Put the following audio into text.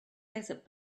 desert